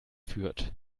führt